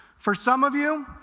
for some of you,